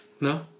no